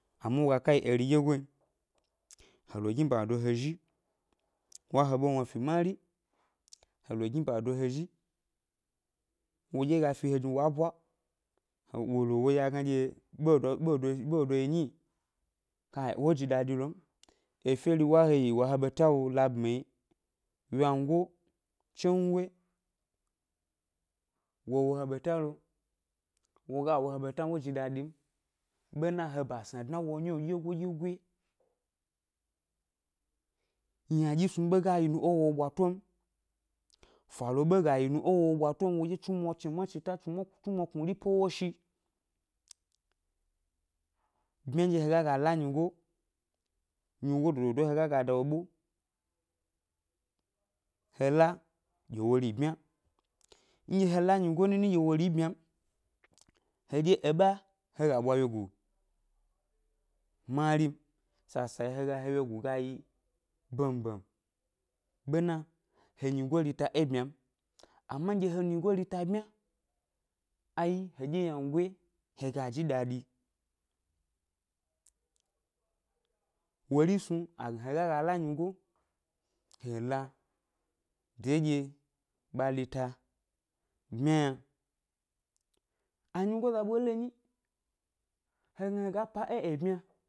Ama wo ga ka yi eri ɗyegoyi, he lo gni ʻba do he zhi, wa he ʻɓwa wna fi mari, he lo gni ʻba do he zhi, wodye ga fi he jni wǎ bwa, wo lo wo ɗye a gna dye ɓedo ɓedo yi ɓedo yi nyi, kai! Wo ji dadi lo m, efe ri wa he yi wa he ɓeta wo labmi yi, ywango, tsongo wo wo he ɓeta lo, wo ga wo he ɓeta m wo ji dadi m, ɓena he basna dna é wo nyi lo dyegioyi-dyegopyi, ynadyi snu ʻɓe ga yi nu é wo wo ɓato m, fa lo ɓe ga yi nu é wo wo bwato m, wodye chnimwa chnimwa cheta chni chnimwa knuri pe woshi. Bmya ndye he ga ga la nyigo, nyigo dododo he ga ga da wo ʻbe, he la, gi wo ʻri bmya, nɗye he la nyigo nini dye wo ʻri bmya m, hedye eɓa he ga bwa wyegu mari m, sasa he ga he wyegu ga yi ben ben, ɓena he nyigo rita é byma m, ama ndye he nyigo rita byma, ai hedye ynangoyi he ga ji dadi, wori snu a gna he ga ga la nyigo, he la deɗye ɓa rita byma yna, anyigoza ɓoleyi nyi, he gna he ga pa é ebyma,